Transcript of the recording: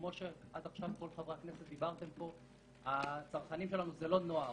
כמו שדיברתם עד עכשיו, הצרכנים שלנו זה לא נוער.